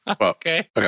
Okay